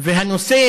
הנושא